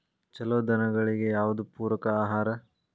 ಛಲೋ ದನಗಳಿಗೆ ಯಾವ್ದು ಪೂರಕ ಆಹಾರ?